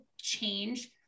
change